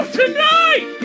tonight